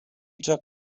took